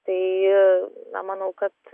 tai na manau kad